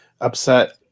upset